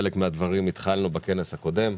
חלק מהדברים התחלנו בכנס הקודם,